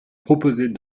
proposait